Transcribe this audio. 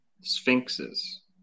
sphinxes